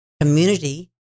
Community